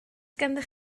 gennych